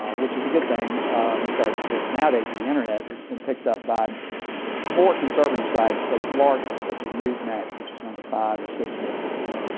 ah which is a good thing because nowadays with the internet it's been picked up by more conservative sites, but large ones such as newsmax, which is one of the five or six most